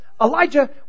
Elijah